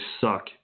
suck